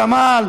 ג'מאל,